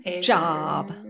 job